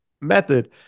method